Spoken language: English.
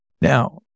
Now